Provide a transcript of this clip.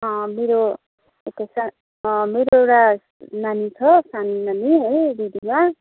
मेरो मेरो एउटा नानी छ सानो नानी है रिधिमा